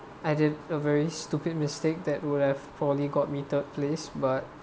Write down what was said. I did a very stupid mistake that would have fondly got me third place but